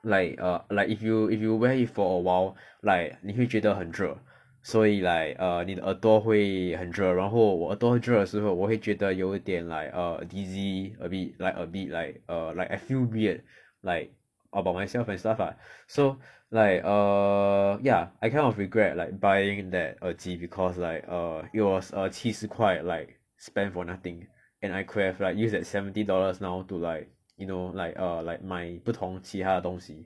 like err like if you if you wear it for awhile like 你会觉得很热所以 like err 你的耳朵会很热然后我耳朵热的时候我会觉得有点 like err dizzy a bit like a bit like err like I feel weird like about myself and stuff ah so like err ya I kind of regret like buying that 耳机 because like err it was err 七十块 like spent for nothing and I could have like used that seventy dollars now to like you know like err like 买不同其他的东西